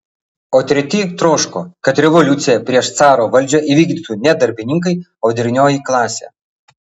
o treti troško kad revoliuciją prieš caro valdžią įvykdytų ne darbininkai o vidurinioji klasė